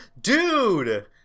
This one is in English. Dude